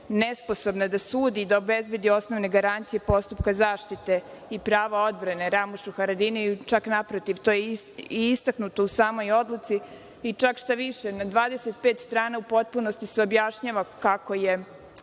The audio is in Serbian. nesposobna da sudi i da obezbedi osnovne garancije postupka zaštite i prava odbrane Ramušu Haradinaju. Naprotiv, to je i istaknuto u samoj odluci i čak šta više na 25 strana u potpunosti se objašnjava kako je